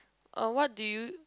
uh what do you